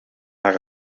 naar